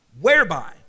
whereby